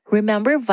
Remember